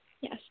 Yes